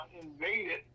invaded